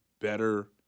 better